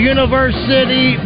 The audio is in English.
University